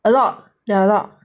a lot they are a lot